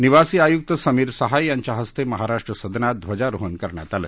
निवासी आयुक्त समीर सहाय यांच्या हस्ते महाराष्ट्र सदनात ध्वजारोहण करण्यात आलं